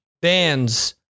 bands